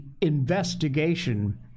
investigation